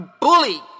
bully